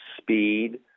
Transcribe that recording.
speed